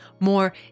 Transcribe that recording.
more